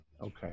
Okay